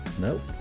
Nope